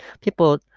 people